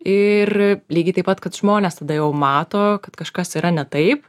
ir lygiai taip pat kad žmonės tada jau mato kad kažkas yra ne taip